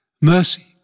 Mercy